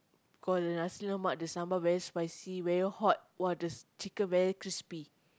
nasi-lemak the sambal very spicy very hot !wah! the chicken very crispy